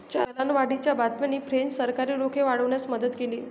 चलनवाढीच्या बातम्यांनी फ्रेंच सरकारी रोखे वाढवण्यास मदत केली